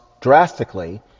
drastically